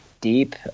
deep